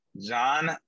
John